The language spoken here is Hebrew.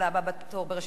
הבא בתור ברשימת הדוברים,